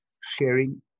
sharing